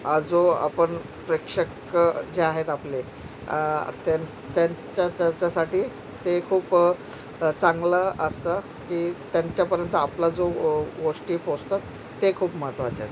हा जो आपण प्रेक्षक जे आहेत आपले त्यां त्यांच्या त्याच्यासाठी ते खूप चांगलं असतं की त्यांच्यापर्यंत आपला जो गोष्टी पोहोचतात ते खूप महत्त्वाचं आहे